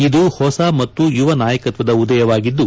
ಇದು ಹೊಸ ಮತ್ತು ಯುವ ನಾಯಕತ್ವದ ಉದಯವಾಗಿದ್ದು